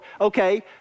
okay